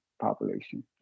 population